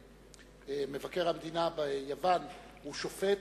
מבקר המדינה ביוון הוא שופט,